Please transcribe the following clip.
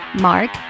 Mark